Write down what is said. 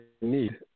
need